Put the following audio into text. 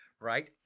Right